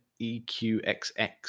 EQXX